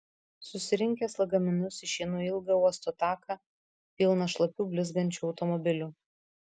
susirinkęs lagaminus išeinu į ilgą uosto taką pilną šlapių blizgančių automobilių